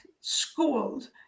schooled